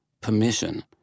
permission